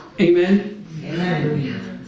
Amen